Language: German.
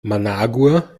managua